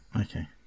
Okay